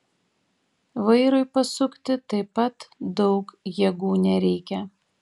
vairui pasukti taip pat daug jėgų nereikia